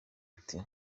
ati